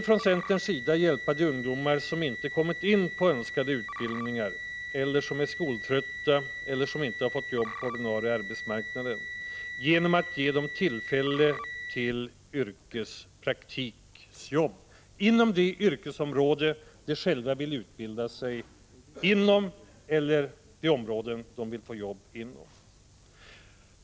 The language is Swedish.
Från centerns sida vill vi hjälpa de ungdomar som inte har kommit in på önskade utbildningar, som är skoltrötta eller som inte har fått arbete på den ordinarie arbetsmarknaden, genom att ge dem tillfälle till yrkespraktiksjobb inom det yrkesområde, där de själva vill utbilda sig och/eller försöka få arbete.